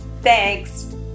Thanks